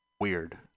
Weird